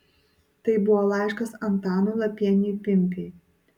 tai buvo laiškas antanui lapieniui pimpiui